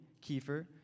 Kiefer